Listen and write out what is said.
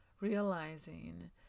realizing